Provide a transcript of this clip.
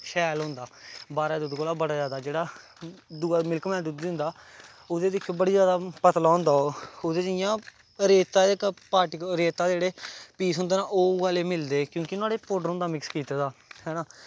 शैल होंदा बाह्रा दे दुद्ध कोला बड़ा जादा जेह्ड़ा दूआ मिल्क मैन दुद्ध दिंदा ओह्दे च दिक्खेओ बड़ा जादा पतला होंदा ओह् ओह्दे च इ'यां रेता जेह्ड़े पार्ट रेता जेह्ड़े पीस होंदे न ओह् उ'ऐ लेह् मिलदे क्योंकि नुहाड़े च पौडर होंदा मिक्स कीते दा है ना